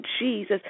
Jesus